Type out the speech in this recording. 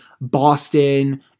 Boston